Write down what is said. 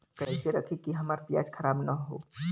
कइसे रखी कि हमार प्याज खराब न हो?